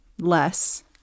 less